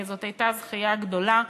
זאת הייתה זכייה גדולה.